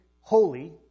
holy